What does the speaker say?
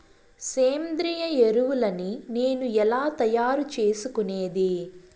సేంద్రియ ఎరువులని నేను ఎలా తయారు చేసుకునేది?